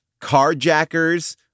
carjackers